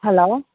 hello